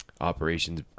operations